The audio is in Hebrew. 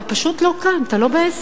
אתה פשוט לא כאן, אתה לא בעסק.